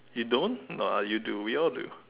you don't now I you do we all do